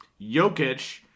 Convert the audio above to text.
Jokic